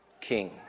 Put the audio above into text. king